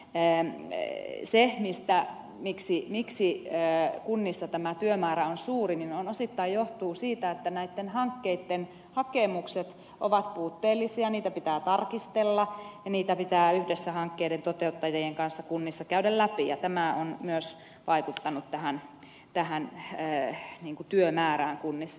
ja hän ei ehdi sitä se miksi kunnissa tämä työmäärä on suuri osittain johtuu siitä että näitten hankkeitten hakemukset ovat puutteellisia niitä pitää tarkistella ja niitä pitää yhdessä hankkeiden toteuttajien kanssa kunnissa käydä läpi ja tämä on myös vaikuttanut tähän työmäärään kunnissa